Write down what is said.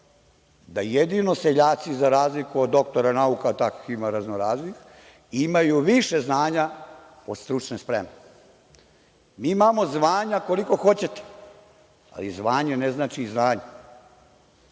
da jedino seljaci, za razliku od doktora nauka, takvih ima raznoraznih, imaju više znanja od stručne spreme. Mi imamo zvanja koliko hoćete, ali zvanje ne znači i znanje.